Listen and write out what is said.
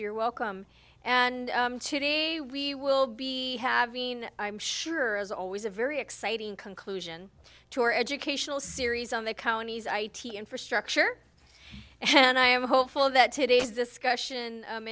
you're welcome and today we will be having i'm sure as always a very exciting conclusion to our educational series on the county's i t infrastructure and i am hopeful that today's discussion